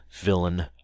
villain